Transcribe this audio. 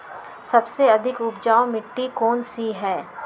सबसे अधिक उपजाऊ मिट्टी कौन सी हैं?